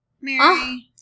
Mary